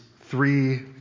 three